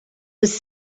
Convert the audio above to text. was